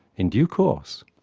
in due course!